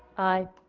aye.